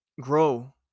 grow